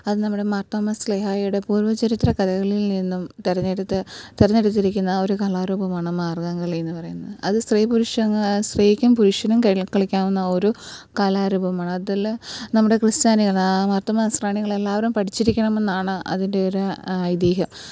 അത് നമ്മുടെ മാർത്തോമാ സ്ലെഹായുടെ പൂർവ്വചരിത്ര കഥകളിൽ നിന്നും തിരഞ്ഞെടുത്ത തിരഞ്ഞെടുത്തിരിക്കുന്ന ഒരു കലാരൂപമാണ് മാർഗ്ഗംകളിയെന്ന് പറയുന്നത് അത് സ്ത്രീ പുരുഷ സ്ത്രീക്കും പുരുഷനും കളിക്കാവുന്ന ഒരു കലാരൂപമാണ് അതിൽ നമ്മുടെ ക്രിസ്ത്യാനികൾ മാർത്തോമ്മ നസ്രാണികളെല്ലാവരും പഠിച്ചിരിക്കണം എന്നാണ് അതിൻ്റെ ഒരു ഐതീഹ്യം